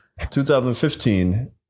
2015